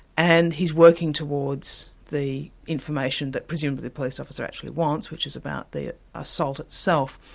and he's working towards the information that presumably the police officer actually wants, which is about the assault itself.